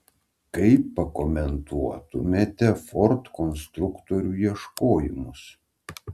kaip pakomentuotumėte ford konstruktorių ieškojimus